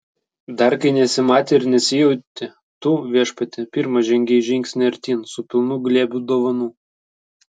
dar kai nesimatė ir nesijautė tu viešpatie pirmas žengei žingsnį artyn su pilnu glėbiu dovanų